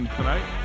tonight